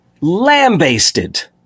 lambasted